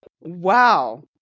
Wow